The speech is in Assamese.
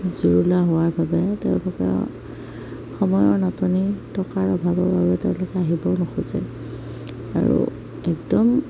জুৰুলা হোৱাৰ বাবে তেওঁলোকে সময়ৰ নাটনি টকাৰ অভাৱৰ বাবে তেওঁলোক আহিবও নোখোজে আৰু একদম